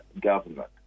government